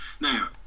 Now